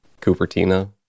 Cupertino